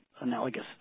analogous